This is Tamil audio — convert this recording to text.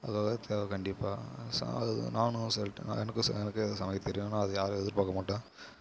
அதலாம் தேவை கண்டிப்பாக நான் சில டைம் எனக்கும் எனக்கு சமைக்க தெரியும் ஆனால் அது யாரும் எதிர்பார்க்கமாட்டேன்